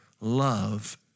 love